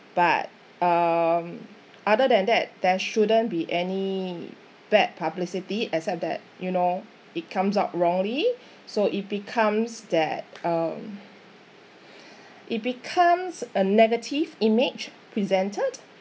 but um other than that there shouldn't be any bad publicity except that you know it comes out wrongly so it becomes that uh it becomes a negative image presented